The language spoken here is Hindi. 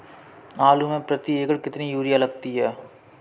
आलू में प्रति एकण कितनी यूरिया लगती है?